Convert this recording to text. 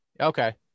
okay